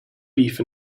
beef